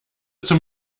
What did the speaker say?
zum